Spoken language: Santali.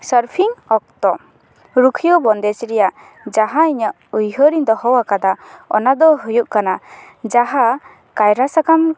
ᱥᱟᱨᱯᱷᱤᱝ ᱚᱠᱛᱚ ᱨᱩᱠᱷᱤᱭᱟᱹ ᱵᱚᱱᱫᱮᱡᱽ ᱨᱮᱭᱟᱜ ᱡᱟᱦᱟᱸ ᱤᱧᱟᱹᱜ ᱩᱭᱦᱟᱹᱨ ᱤᱧ ᱫᱚᱦᱚᱣᱟᱠᱟᱫᱟ ᱚᱱᱟ ᱫᱚ ᱦᱩᱭᱩᱜ ᱠᱟᱱᱟ ᱡᱟᱦᱟᱸ ᱠᱟᱭᱨᱟ ᱥᱟᱠᱟᱢ